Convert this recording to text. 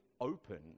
open